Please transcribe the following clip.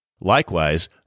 Likewise